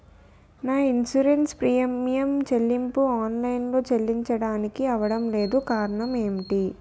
నా insurance premium చెల్లింపు online లో చెల్లించడానికి అవ్వడం లేదు కారణం ఏమిటి?